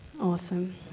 awesome